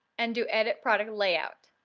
and do edit product layout.